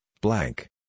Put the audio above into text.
blank